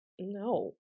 no